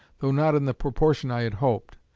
though not in the proportion i had hoped,